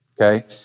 okay